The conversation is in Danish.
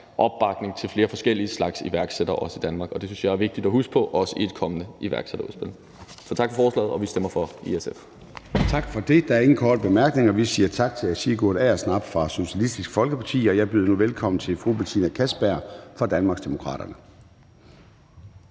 opbakning til flere forskellige slags iværksættere også i Danmark, og det synes jeg er vigtigt at huske på også i et kommende iværksætterudspil. Tak for forslaget. Vi stemmer for i SF. Kl. 14:20 Formanden (Søren Gade): Tak for det. Der er ingen korte bemærkninger. Vi siger tak til Sigurd Agersnap fra Socialistisk Folkeparti. Og jeg byder nu velkommen til fru Betina Kastbjerg fra Danmarksdemokraterne.